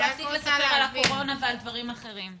תפסיקו לספר על הקורונה ועל דברים אחרים.